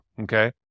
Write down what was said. okay